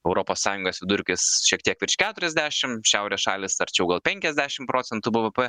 europos sąjungos vidurkis šiek tiek virš keturiasdešimt šiaurės šalys arčiau gal penkiasdešimt procentų bvp